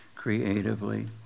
creatively